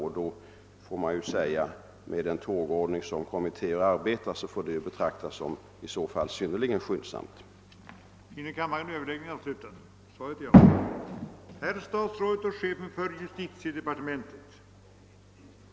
Mot bakgrunden av den takt som kommittéer brukar arbeta med får detta betraktas som en <:synnerligen skyndsam behandling.